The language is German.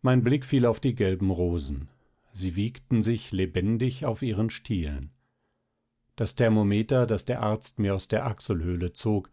mein blick fiel auf die gelben rosen sie wiegten sich lebendig auf ihren stielen das thermometer das der arzt mir aus der achselhöhle zog